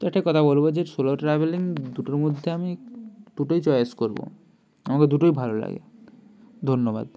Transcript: তো একটা কথা বলব যে সোলো ট্রাভেলিং দুটোর মধ্যে আমি দুটোই চয়েস করব আমাকে দুটোই ভালো লাগে ধন্যবাদ